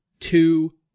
two